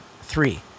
Three